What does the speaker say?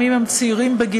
גם אם הם צעירים בגילם,